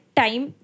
time